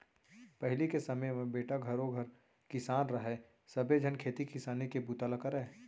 पहिली के समे म बेटा घरों घर किसान रहय सबे झन खेती किसानी के बूता ल करयँ